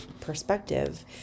perspective